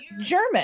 German